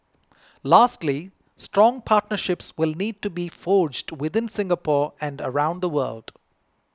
lastly strong partnerships will need to be forged within Singapore and around the world